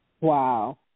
Wow